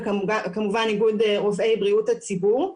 וכמובן איגוד רופאי בריאות הציבור.